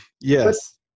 Yes